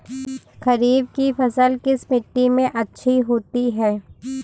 खरीफ की फसल किस मिट्टी में अच्छी होती है?